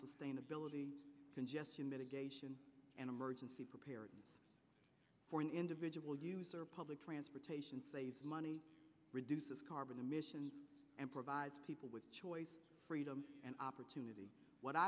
sustainability congestion mitigation and emergency preparedness for an individual user public transportation money reduces carbon emissions and provides people with choice freedom and opportunity what